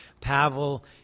Pavel